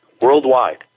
worldwide